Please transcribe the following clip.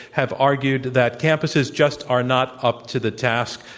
have argued that campuses just are not up to the task,